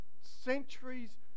centuries